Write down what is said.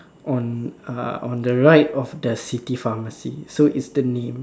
on uh on the right of the city pharmacy so it's the name